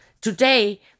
today